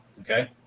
okay